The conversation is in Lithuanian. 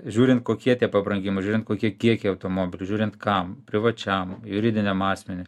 žiūrint kokie tie pabrangimai žiūrint kokie kiekiai automobilių žiūrint kam privačiam juridiniam asmeniui